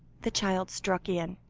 the child struck in,